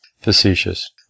Facetious